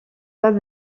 pas